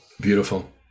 Beautiful